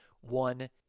one